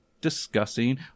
discussing